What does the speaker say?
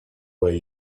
way